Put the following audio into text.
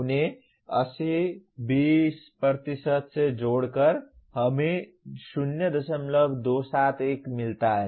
उन्हें 80 20 से जोड़कर हमें 0271 मिलता है